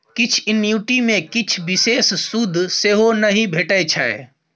किछ एन्युटी मे किछ बिषेश सुद सेहो नहि भेटै छै